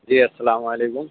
جی السلام علیکم